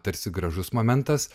tarsi gražus momentas